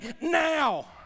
now